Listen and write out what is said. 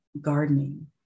gardening